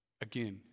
Again